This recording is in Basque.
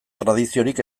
tradiziorik